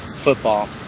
football